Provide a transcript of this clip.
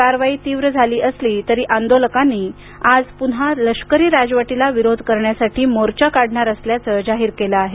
कारवाई तीव्र झाली असली तरी आंदोलकांनी आज प्न्हा लष्करी राजवटीला विरोध करण्यासाठी मोर्चा काढणार असल्याचं जाहीर केलं आहे